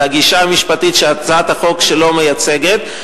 לגישה המשפטית שהצעת החוק שלו מייצגת,